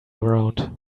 around